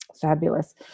fabulous